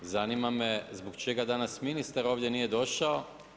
Zanima me zbog čega danas ministar ovdje nije došao?